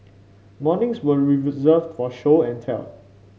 mornings were reserved for show and tell